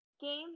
game